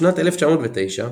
בשנת 1909